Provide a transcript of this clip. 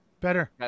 Better